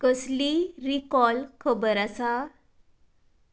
कसलीय रिकॉल खबर आसा